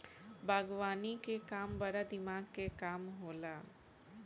बागवानी के काम बड़ा दिमाग के काम होला